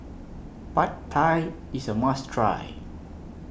Pad Thai IS A must Try